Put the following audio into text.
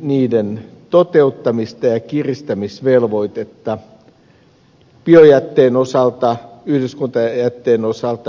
niiden toteuttamista ja kiristämisvelvoitetta biojätteen osalta ja yhdyskuntajätteen osalta yleensäkin